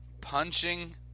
punching